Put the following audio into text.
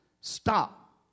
stop